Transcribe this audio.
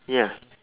ya